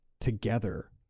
together